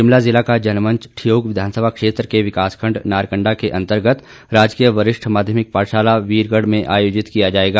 शिमला जिला का जनमंच ठियोग विधानसभा क्षेत्र के विकास खण्ड नारकण्डा के अन्तर्गत राजकीय वरिष्ठ माध्यमिक पाठशाला वीरगढ़ में आयोजित किया जाएगा